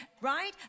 right